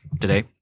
today